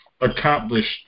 accomplished